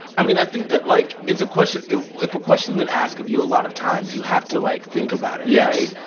i mean, i think that, like, it's a question if a question's been asked of you a lot of times, you have to, like, think about it, yeah right?